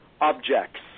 objects